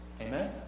Amen